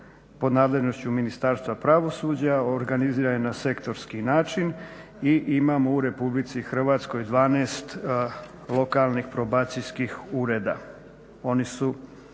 pod nadležnošću Ministarstva pravosuđa, organiziran je na sektorski način i imamo u Republici Hrvatskoj 12 lokalnih probacijskih ureda.